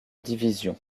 division